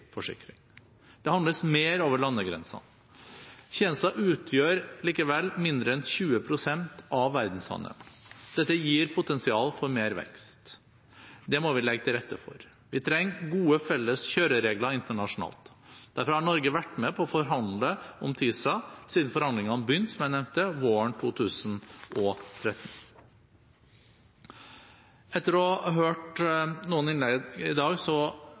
Det handles mer over landegrensene. Tjenester utgjør likevel mindre enn 20 pst. av verdenshandelen. Dette gir potensial for mer vekst. Det må vi legge til rette for. Vi trenger gode felles kjøreregler internasjonalt. Derfor har Norge vært med på å forhandle om TISA siden forhandlingene begynte – som jeg nevnte – våren 2013. Etter å ha hørt noen innlegg i dag